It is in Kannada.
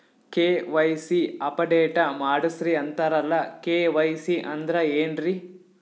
ಕೆ.ವೈ.ಸಿ ಅಪಡೇಟ ಮಾಡಸ್ರೀ ಅಂತರಲ್ಲ ಕೆ.ವೈ.ಸಿ ಅಂದ್ರ ಏನ್ರೀ?